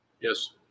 Yes